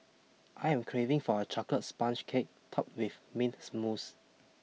I am craving for a chocolate sponge cake topped with mint smooth